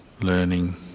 Learning